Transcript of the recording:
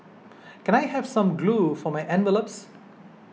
can I have some glue for my envelopes